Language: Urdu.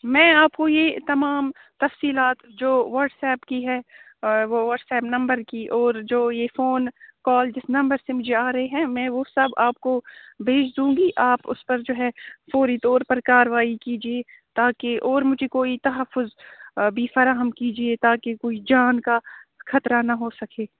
میں آپ کو یہ تمام تفصیلات جو واٹس ایپ کی ہے اور وہ واٹس ایپ نمبر کی اور جو یہ فون کال جس نمبر سے مجھے آ رہے ہیں میں وہ سب آپ کو بھیج دوں گی آپ اس پر جو ہے فوری طور پر کارروائی کیجیے تاکہ اور مجھے کوئی تحفظ بھی فراہم کیجیے تاکہ کوئی جان کا خطرہ نہ ہو سکے